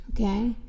okay